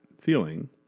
feeling